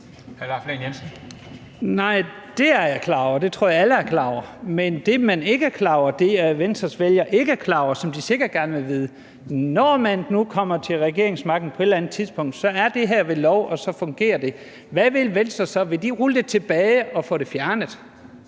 det er jeg klar over. Det tror jeg alle er klar over. Men det, man ikke er klar over, og det, Venstres vælgere ikke er klar over, og som de sikkert gerne vil vide, er: Når man nu kommer til regeringsmagten på et eller andet tidspunkt, så er det her vel blevet til lov, og så fungerer det, og hvad vil Venstre så? Vil de rulle det tilbage og få det fjernet?